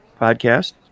podcast